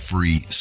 free